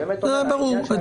זה ברור.